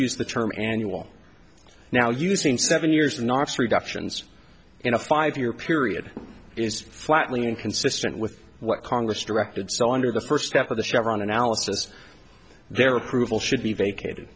used the term annual now using seven years in office reductions in a five year period is flatly inconsistent with what congress directed so under the first half of the chevron analysis their approval should be vacated